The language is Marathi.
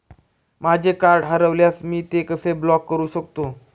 माझे कार्ड हरवल्यास मी ते कसे ब्लॉक करु शकतो?